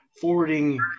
forwarding